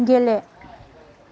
गेले